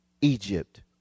Egypt